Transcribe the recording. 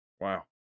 Wow